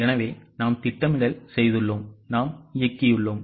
எனவே நாம் திட்டமிடல் செய்துள்ளோம் நாம் இயக்கியுள்ளோம்